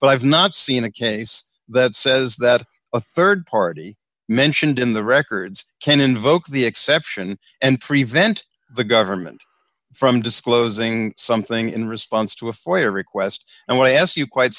but i've not seen a case that says that a rd party mentioned in the records can invoke the exception and prevent the government from disclosing something in response to a foyer request and when i ask you quite